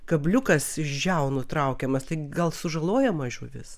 kabliukas iš žiaunų traukiamas tai gal sužalojama žuvis